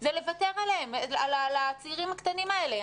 זה לוותר על הצעירים הקטנים האלה.